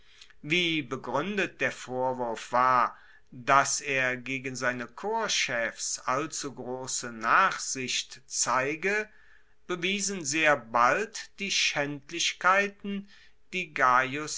wie begruendet der vorwurf war dass er gegen seine korpschefs allzugrosse nachsicht zeige bewiesen sehr bald die schaendlichkeiten die